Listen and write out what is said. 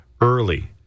early